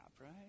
right